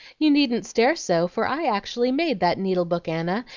you needn't stare so, for i actually made that needle-book, anna,